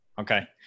Okay